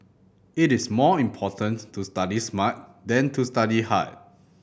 it is more important to study smart than to study hard